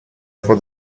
for